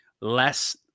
less